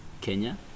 Kenya